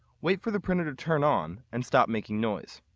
wait for the printer to turn on and stop making noise.